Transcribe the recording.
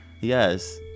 Yes